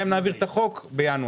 גם אם נעביר את החוק בינואר.